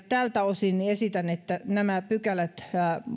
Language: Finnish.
tältä osin esitän että nämä pykälät